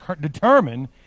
Determine